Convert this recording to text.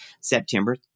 September